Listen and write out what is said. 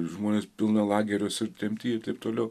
žmonės pilną lageriuos ir tremty ir taip toliau